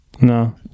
No